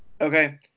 Okay